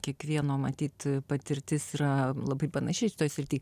kiekvieno matyt patirtis yra labai panaši šitoj srity